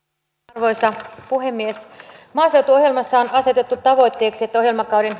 arvoisa puhemies maaseutuohjelmassa on asetettu tavoitteeksi että ohjelmakauden